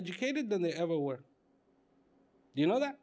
educated than there ever were you know that